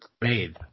bathe